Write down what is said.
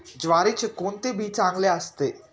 ज्वारीचे कोणते बी चांगले असते?